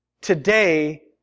today